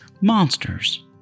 monsters